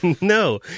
No